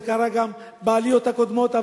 זה קרה גם בעליות הקודמות,